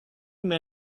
men